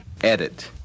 Edit